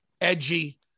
edgy